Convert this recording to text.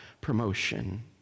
promotion